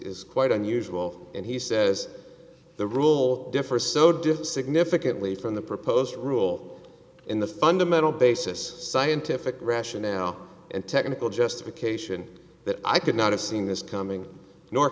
quite unusual and he says the rule differ so different significantly from the proposed rule in the fundamental basis scientific rationale and technical justification that i could not have seen this coming nor